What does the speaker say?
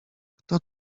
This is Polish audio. kto